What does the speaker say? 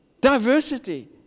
Diversity